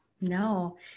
No